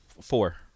Four